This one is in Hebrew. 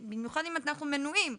במיוחד אם אנחנו מנויים.